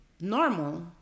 normal